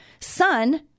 son